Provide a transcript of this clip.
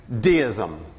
deism